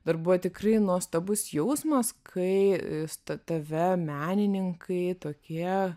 dar buvo tikrai nuostabus jausmas kai ta tave menininkai tokie